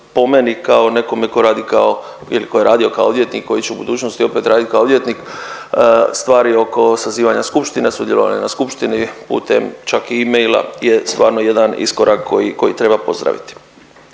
radi kao ili tko je radio kao odvjetnik i koji će u budućnosti opet raditi kao odvjetnik, stvari oko sazivanja skupštine, sudjelovanja na skupštini putem čak i emaila je stvarno jedan iskorak koji, koji treba pozdraviti.